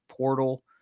Portal